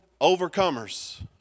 Overcomers